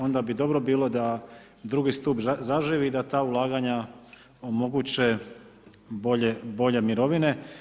Onda bi dobro bilo da drugi stup zaživi i da ta ulaganja omoguće bolje mirovine.